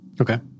Okay